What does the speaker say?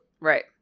Right